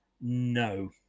no